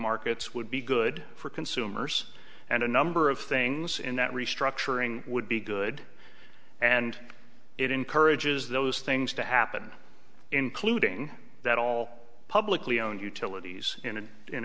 markets would be good for consumers and a number of things in that restructuring would be good and it encourages those things to happen including that all publicly owned utilities in